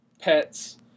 pets